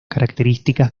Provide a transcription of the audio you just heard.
características